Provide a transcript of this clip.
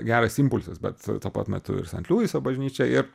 geras impulsas bet tuo pat metu ir sant liuiso bažnyčia ir